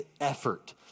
effort